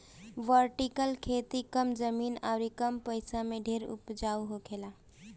vertical खेती कम जमीन अउरी कम पइसा में ढेर उपज होखेला